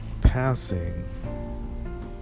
passing